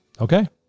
Okay